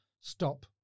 stop